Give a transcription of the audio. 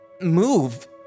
move